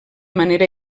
manera